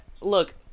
look-